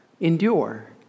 Endure